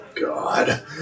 God